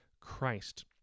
Christ